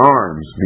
arms